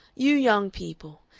you young people,